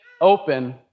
open